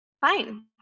fine